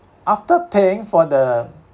after paying for the